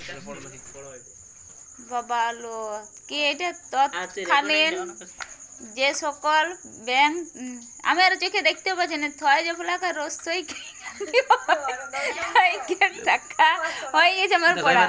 তৎক্ষণাৎ যে call bank থ্যাইকে টাকা টেনেসফার ক্যরে উয়াকে ইমেডিয়াতে পেমেল্ট সার্ভিস ব্যলে